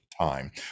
time